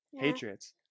Patriots